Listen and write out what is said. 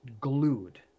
glued